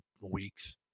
weeks